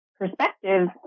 perspective